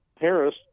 Harris –